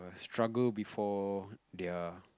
struggle before their